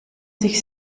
sich